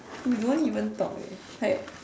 you don't even talk eh like